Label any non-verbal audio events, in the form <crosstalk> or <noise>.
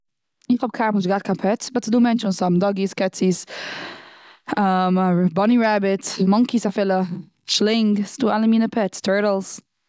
איך האב קיינמאל נישט געהאט קיין פעטס. אבער ס'איז דא מענטשן וואס האבן דאגיס, קעציס, <hesitation> באני רעביטס, מאנקיס אפילו, שלענג. ס'איז דא אלע מינע פעטס, טורטלס.